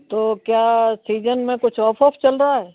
तो क्या सीजन में कुछ ऑफ़ ऑफ़ चल रहा है